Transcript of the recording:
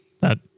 That-